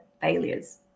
failures